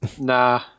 Nah